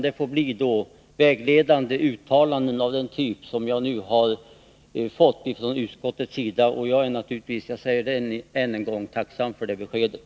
Det får bli vägledande uttalanden av den typ som jag nu har fått från utskottets sida. Och jag är — jag säger det än en gång — tacksam för det beskedet.